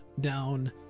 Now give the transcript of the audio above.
down